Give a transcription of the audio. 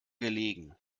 gelegen